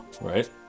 right